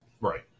right